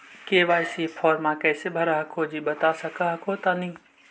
KYC फॉर्मा कैसे भरा हको जी बता उसको हको तानी?